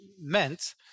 meant